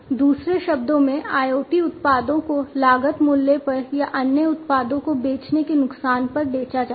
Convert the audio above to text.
दूसरे शब्दों में IoT उत्पादों को लागत मूल्य पर या अन्य उत्पादों को बेचने के नुकसान पर बेचा जाता है